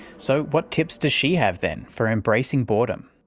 so, what tips does she have then for embracing boredom?